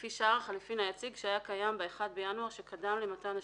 לפי שער החליפין היציג שהיה קיים ב-1 בינואר שקדם למתן השירות,